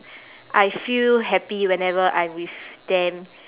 I feel happy whenever I am with them